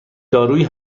دارویی